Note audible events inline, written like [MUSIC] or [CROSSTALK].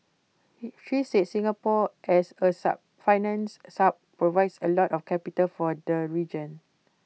[HESITATION] she said Singapore as A sub financial hub provides A lot of capital for the region